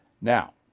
Now